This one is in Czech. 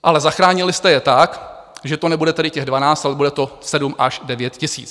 Ale zachránili jste je tak, že to nebude tedy těch dvanáct, ale bude to sedm až devět tisíc.